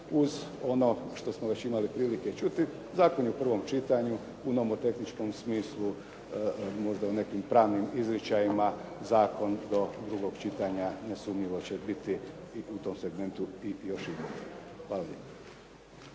uz ono što smo već imali prilike čuti. Zakon je u prvom čitanju u nomotehničkom smislu možda u nekim pravnim izričajima zakon do drugog čitanja nesumnjivo će biti i u tom segmentu i još i bolji. Hvala lijepo.